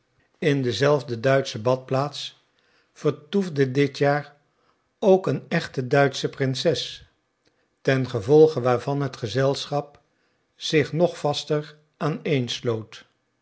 in dezelfde duitsche badplaats vertoefde dit jaar ook een echte duitsche prinses tengevolge waarvan het gezelschap zich nog vaster aaneensloot